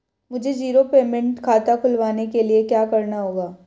मुझे zero payment खाता खुलवाने के लिए क्या करना होगा?